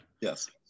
Yes